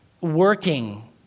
working